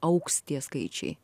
augs tie skaičiai